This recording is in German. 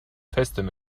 festem